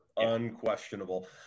unquestionable